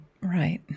right